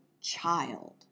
child